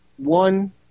One